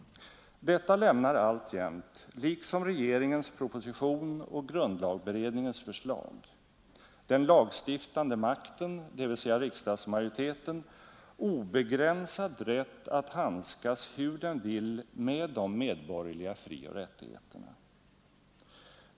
Detta lämnar alltjämt — liksom regeringens proposition och grundlagberedningens förslag — den lagstiftande makten, dvs. riksdagsmajoriteten, obegränsad rätt att handskas hur den vill med de medborgerliga frioch rättigheterna.